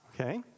okay